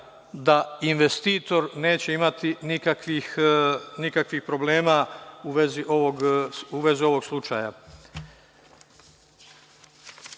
da investitor neće imati nikakvih problema u vezi ovog slučaja. Onda